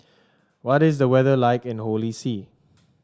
what is the weather like in Holy See